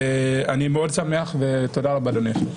אני שמח מאוד, ותודה רבה, אדוני היושב-ראש.